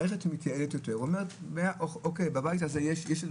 כאשר מערכת מתייעלת יותר אומרת שבבית הזה יש אחד